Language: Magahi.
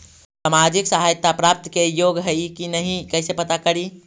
सामाजिक सहायता प्राप्त के योग्य हई कि नहीं कैसे पता करी?